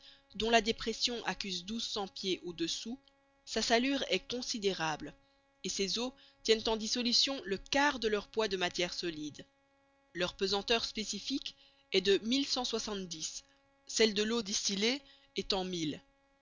dont la dépression accuse douze cents pieds au-dessous sa salure est considérable et ses eaux tiennent en dissolution le quart de leur poids de matière solide leur pesanteur spécifique est de celle de l'eau distillée